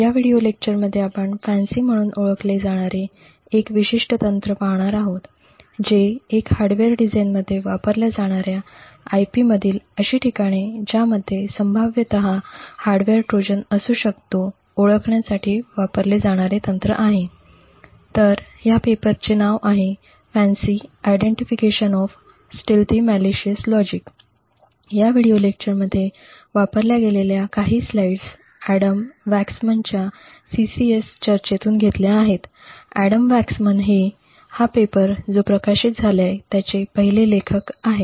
या व्हिडीओ लेक्चरमध्ये आपण FANCI म्हणून ओळखले जाणारे एक विशिष्ट तंत्र पाहणार आहोत हे एक हार्डवेअर डिझाइनमध्ये वापरल्या जाणाऱ्या IP मधील अशी ठिकाणे ज्यामध्ये संभाव्यतः हार्डवेअर ट्रोजन असू शकतो ओळखण्यासाठी वापरले जाणारे तंत्र आहे तर ह्या पेपर चे नाव आहे " FANCI identification of stealthy malicious logic" या व्हिडिओमध्ये वापरल्या गेलेल्या काही स्लाइड्स अॅडम वॅक्समनच्या CCS चर्चेतून घेतल्या आहेत अॅडम वॅक्समन हे हा पेपरचा जो प्रकाशित झालाय त्याचे पहिले लेखक आहे